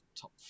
top